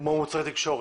כמו מוצרי תקשורת.